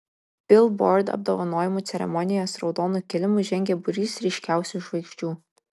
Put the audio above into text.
bilbord apdovanojimų ceremonijos raudonu kilimu žengė būrys ryškiausių žvaigždžių